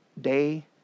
day